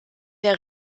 der